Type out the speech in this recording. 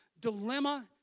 dilemma